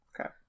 Okay